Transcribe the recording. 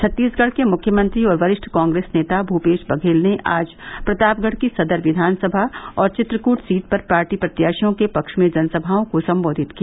छत्तीसगढ़ के मुख्यमंत्री और वरिष्ठ काँग्रेस नेता भूपेश बघेल ने आज प्रतापगढ़ की सदर विवानसमा और वित्रकट सीट पर पार्टी प्रत्याशियों के पक्ष में जनसमाओं को सम्बोधित किया